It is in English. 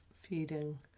feeding